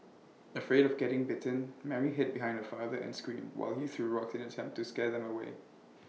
afraid of getting bitten Mary hid behind her father and screamed while he threw rocks in an attempt to scare them away